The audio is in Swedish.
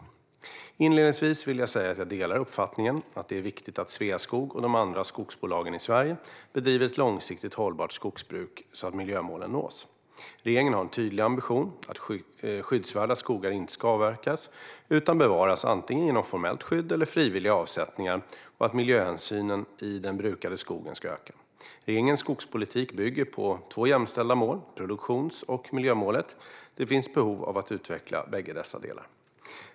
Inledningsvis vill jag säga att jag delar uppfattningen att det är viktigt att Sveaskog och de andra skogsbolagen i Sverige bedriver ett långsiktigt hållbart skogsbruk så att miljömålen nås. Regeringen har en tydlig ambition att skyddsvärda skogar inte ska avverkas utan bevaras antingen genom formellt skydd eller genom frivilliga avsättningar och att miljöhänsynen i den brukade skogen ska öka. Regeringens skogspolitik bygger på två jämställda mål: produktionsmålet och miljömålet. Det finns behov av att utveckla bägge dessa delar.